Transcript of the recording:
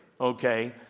okay